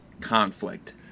conflict